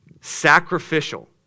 Sacrificial